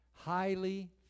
Highly